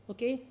Okay